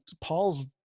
Paul's